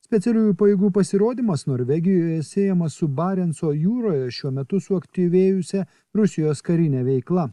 specialiųjų pajėgų pasirodymas norvegijoje siejamas su barenco jūroje šiuo metu suaktyvėjusia rusijos karine veikla